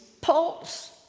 pulse